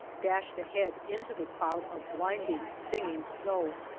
dashed ahead into the cloud of blinding, stinging snow.